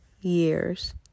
years